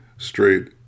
straight